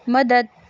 مدد